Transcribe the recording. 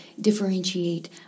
differentiate